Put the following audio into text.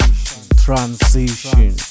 transition